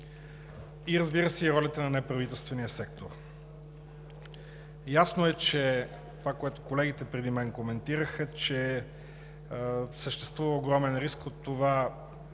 разбира се, и ролята на неправителствения сектор. Ясно е това, което колегите преди мен коментираха, че съществува огромен риск малките